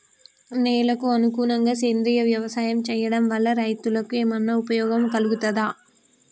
నేలకు అనుకూలంగా సేంద్రీయ వ్యవసాయం చేయడం వల్ల రైతులకు ఏమన్నా ఉపయోగం కలుగుతదా?